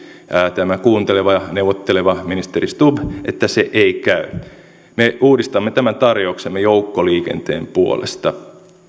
tämä kuunteleva ja neuvotteleva ministeri stubb että se ei käy me uudistamme tämän tarjouksemme joukkoliikenteen puolesta ja